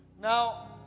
now